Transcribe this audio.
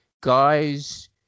guys